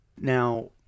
Now